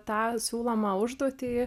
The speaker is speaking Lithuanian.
tą siūlomą užduotį